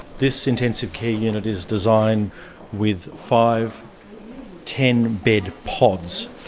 this intensive care unit is designed with five ten bed pods.